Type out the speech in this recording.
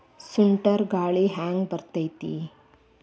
ಸುಂಟರ್ ಗಾಳಿ ಹ್ಯಾಂಗ್ ಬರ್ತೈತ್ರಿ?